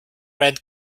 rent